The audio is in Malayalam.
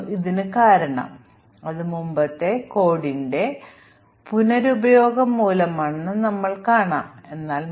പക്ഷേ ഇതുവരെ ഞങ്ങൾ മ്യൂട്ടേഷൻ ടെസ്റ്റിങ് ന്റ്റെ വളരെ പോസിറ്റീവ് വശങ്ങൾ മാത്രമാണ് നോക്കിയത്